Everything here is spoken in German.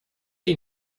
die